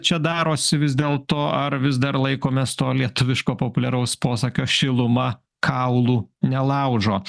čia darosi vis dėl to ar vis dar laikomės to lietuviško populiaraus posakio šiluma kaulų nelaužo